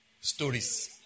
Stories